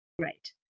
right